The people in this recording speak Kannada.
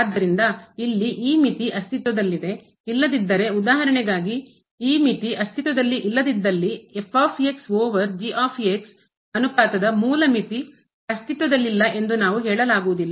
ಆದ್ದರಿಂದ ಇಲ್ಲಿ ಈ ಮಿತಿ ಅಸ್ತಿತ್ವದಲ್ಲಿದೆ ಇಲ್ಲದಿದ್ದರೆ ಉದಾಹರಣೆಗಾಗಿ ಈ ಮಿತಿ ಅಸ್ತಿತ್ವದಲ್ಲಿ ಇಲ್ಲದಿದ್ದಲ್ಲಿ ಓವರ್ ಅನುಪಾತದ ಮೂಲ ಮಿತಿ ಅಸ್ತಿತ್ವದಲ್ಲಿಲ್ಲ ಎಂದು ನಾವು ಹೇಳಲಾಗುವುದಿಲ್ಲ